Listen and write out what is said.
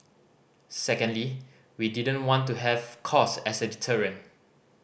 secondly we didn't want to have cost as a deterrent